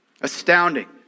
Astounding